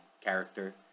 character